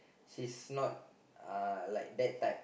she's not like that type